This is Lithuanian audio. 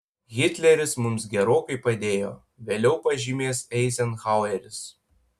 hitleris mums gerokai padėjo vėliau pažymės eizenhaueris